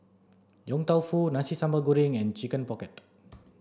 Yong Tau Foo Nasi Sambal Goreng and chicken pocket